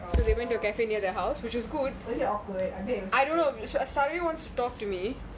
oh was it awkward I bet